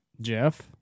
Jeff